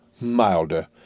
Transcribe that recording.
Milder